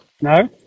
No